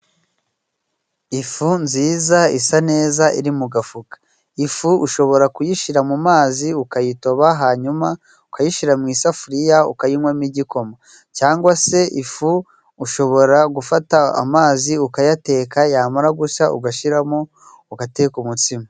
Ifu nziza isa neza iri mu gafuka. Ifu ushobora kuyishira mu mazi ukayitoba hanyuma ukayishyira mu isafuriya, ukayinywamo igikoma cyangwa se ifu ushobora gufata amazi ukayateka, yamara gushya ugashyiramo ugateka umutsima.